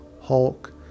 hulk